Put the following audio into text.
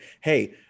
hey